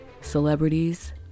celebrities